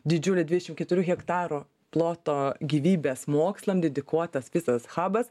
didžiulė dvidešimt keturių hektarų ploto gyvybės mokslam dedikuotas visas habas